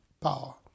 power